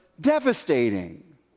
devastating